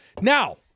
Now